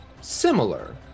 similar